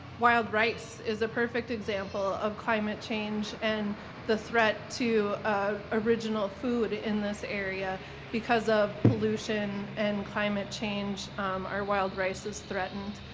wild rice is a perfect example of climate change and the threat to ah original food in this area because of pollution and climate change are wild rice is threatened.